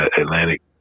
Atlantic